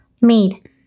made